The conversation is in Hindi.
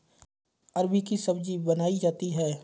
अरबी की सब्जी बनायीं जाती है